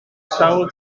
sawl